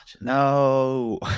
No